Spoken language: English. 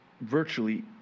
virtually